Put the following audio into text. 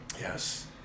yes